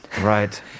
Right